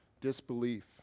disbelief